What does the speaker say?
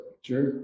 Sure